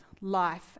life